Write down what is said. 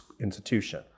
institution